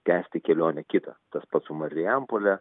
tęsti kelionę kitą tas pats su marijampole